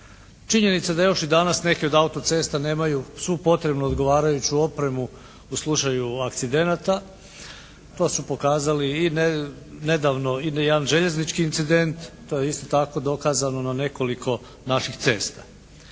Činjenica je da još i danas neke od autocesta nemaju svu potrebnu odgovarajuću opremu u slučaju akcidenata, to su pokazali i nedavno jedan željeznički incident, to je isto tako dokazano na nekoliko naših cesta.